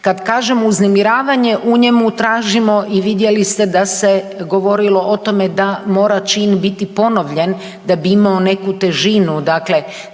Kad kažem uznemiravanje, u njemu tražimo i vidjeli ste da se govorilo o tome da mora čin biti ponovljen da bi imao neku težinu, dakle,